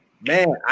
Man